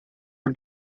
for